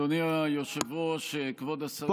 כבוד השרים,